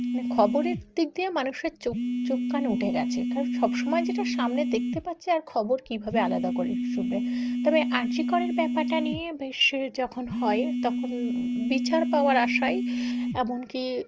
মানে খবরের দিক দিয়ে মানুষের চোখ চোখ কান উঠে গিয়েছে কারণ সবসময় যেটা সামনে দেখতে পাচ্ছে আর খবর কীভাবে আলাদা করে শুনবে তবে আর জি করের ব্যাপারটা নিয়ে বেশ যখন হয় তখন বিচার পাওয়ার আশায় এমন কি